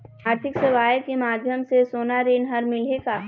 आरथिक सेवाएँ के माध्यम से सोना ऋण हर मिलही का?